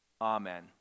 amen